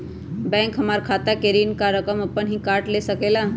Bank हमार खाता से ऋण का रकम अपन हीं काट ले सकेला?